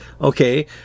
Okay